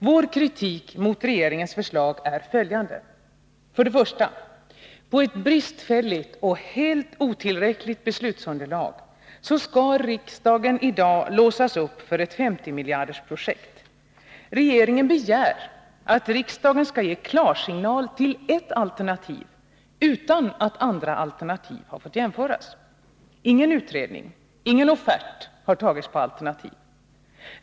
Vår kritik mot regeringens förslag är följande. För det första skall riksdagen på ett bristfälligt och helt otillräckligt beslutsunderlag i dag låsas upp för ett 50-miljardersprojekt. Regeringen begär att riksdagen skall ge klarsignal till ett alternativ utan att andra alternativ har fått jämföras. Ingen utredning har gjorts, ingen offert har tagits på alternativ.